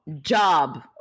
Job